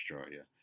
Australia